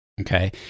Okay